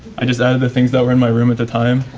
i just added the things that were in my room at the time